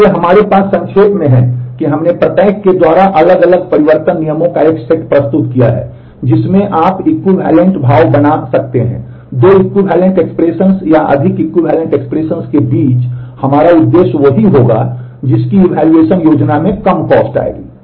इसलिए हमारे पास संक्षेप में है कि हमने प्रत्येक के द्वारा अलग अलग परिवर्तन नियमों का एक सेट प्रस्तुत किया है जिसमें आप इक्विवैलेन्ट आएगी